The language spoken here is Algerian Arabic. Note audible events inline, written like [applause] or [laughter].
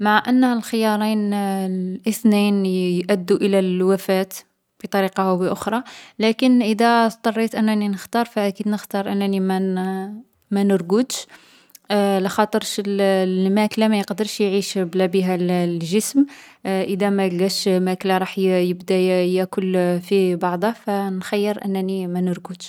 مع أنه الخيارين [hesitation] الاثنين يـ يأدو إلى الوفاة، بطريقة أو بأخرى، لكن إذا اضطريت أنني نختار فأكيد نختار أنني ما نـ [hesitation] ما نرقدش. [hesitation] لاخاطرش الـ [hesitation] الماكلة ما يقدرش يعيش بلا بيها الـ الجسم. [hesitation] إذا ما لقاش ماكلة رح يـ يبدا يـ [hesitation] ياكل في بعضه، فنخيّر أنني ما نرقدش.